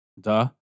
duh